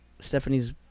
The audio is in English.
Stephanie's